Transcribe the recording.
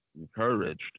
encouraged